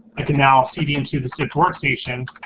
i can now see the into the sift workstation